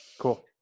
Cool